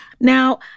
Now